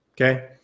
Okay